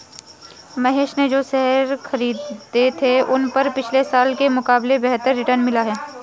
महेश ने जो शेयर खरीदे थे उन पर पिछले साल के मुकाबले बेहतर रिटर्न मिला है